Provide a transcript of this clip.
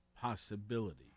possibility